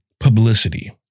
Publicity